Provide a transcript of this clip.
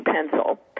pencil